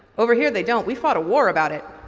over here they don't. we fought a war about it.